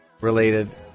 related